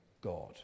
God